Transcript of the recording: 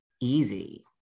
easy